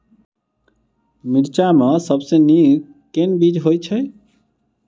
मिर्चा मे सबसँ नीक केँ बीज होइत छै?